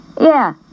Yeah